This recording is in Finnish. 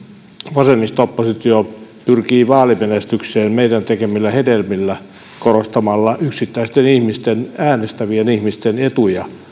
vasemmisto oppositio pyrkii vaalimenestykseen meidän tekemillämme hedelmillä korostamalla yksittäisten ihmisten äänestävien ihmisten etuja